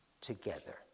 together